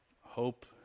hope